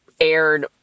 aired